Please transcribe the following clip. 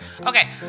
Okay